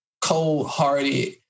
cold-hearted